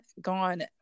gone